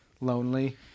lonely